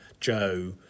Joe